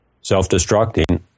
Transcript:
self-destructing